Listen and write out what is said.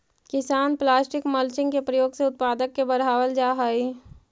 किसान plastic mulching के प्रयोग से उत्पादक के बढ़ावल जा हई